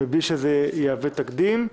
מבלי שזה יהווה תקדים.